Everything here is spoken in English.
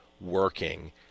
working